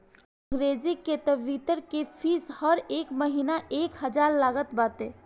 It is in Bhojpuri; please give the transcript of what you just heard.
अंग्रेजी के ट्विटर के फ़ीस हर महिना एक हजार लागत बाटे